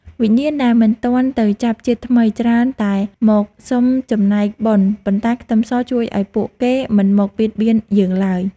វិញ្ញាណដែលមិនទាន់ទៅចាប់ជាតិថ្មីច្រើនតែមកសុំចំណែកបុណ្យប៉ុន្តែខ្ទឹមសជួយឱ្យពួកគេមិនមកបៀតបៀនយើងឡើយ។